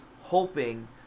hoping